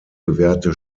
gewährte